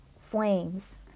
flames